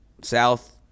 south